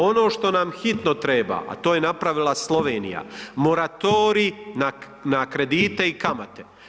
Ono što nam hitno treba, a to je napravila Slovenija, moratorij na kredite i kamate.